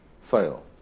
fail